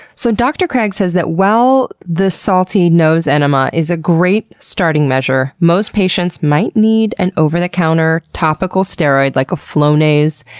so, dr. craig says that while the salty nose enema is a great starting measure, most patients might need an over the counter topical steroid, like a flonase,